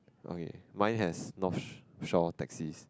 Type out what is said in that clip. okay mine has North Shore taxis